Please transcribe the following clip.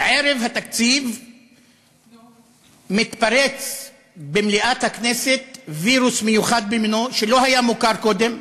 ערב התקציב מתפרץ במליאת הכנסת וירוס מיוחד במינו שלא היה מוכר קודם,